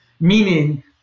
meaning